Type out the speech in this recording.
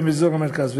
באזור המרכז,